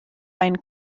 einen